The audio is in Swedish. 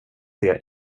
det